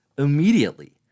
immediately